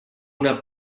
una